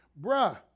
bruh